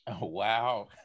Wow